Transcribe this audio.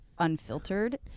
Unfiltered